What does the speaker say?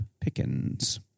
Pickens